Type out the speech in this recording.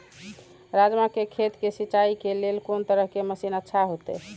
राजमा के खेत के सिंचाई के लेल कोन तरह के मशीन अच्छा होते?